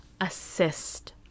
assist